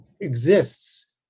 exists